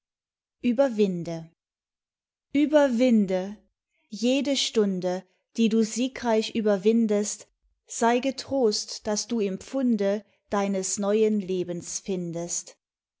überwinde überwinde jede stunde die du siegreich überwindest sei getrost daß du im pfunde deines neuen lebens findest